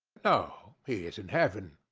no he is in heaven.